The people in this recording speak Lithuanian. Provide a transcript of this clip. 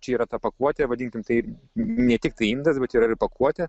čia yra ta pakuotė vadinkim tai ne tiktai indas bet yra ir pakuotė